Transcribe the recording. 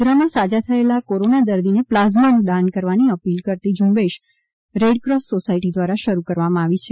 ગોધરા માં સાજા થયેલા કોરોના દર્દી ને પ્લાઝમા નું દાન કરવાની અપીલ કરતી ઝુંબેશ રેડક્રોસ સોસાયટી દ્વારા શરૂ કરવામાં આવી છે